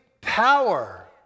power